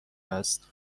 است